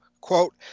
quote